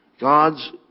God's